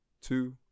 two